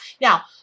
Now